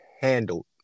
handled